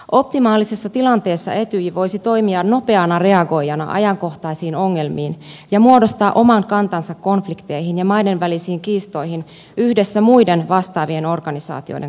optimaalisessa tilanteessa etyj voisi toimia nopeana reagoijana ajankohtaisiin ongelmiin ja muodostaa oman kantansa konflikteihin ja maidenvälisiin kiistoihin yhdessä muiden vastaavien organisaatioiden kanssa